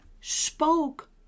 spoke